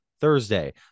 Thursday